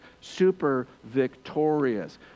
super-victorious